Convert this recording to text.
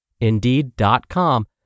Indeed.com